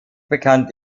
bekannt